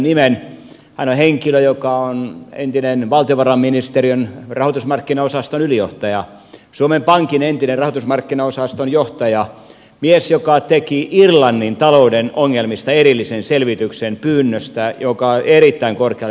hän on henkilö joka on entinen valtiovarainministeriön rahoitusmarkkinaosaston ylijohtaja suomen pankin entinen rahoitusmarkkinaosaston johtaja mies joka teki pyynnöstä irlannin talouden ongelmista erillisen selvityksen joka erittäin korkealle noteerattiin